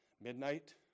midnight